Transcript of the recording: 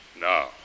now